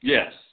Yes